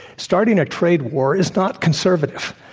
starting a trade war is not conservative.